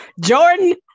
Jordan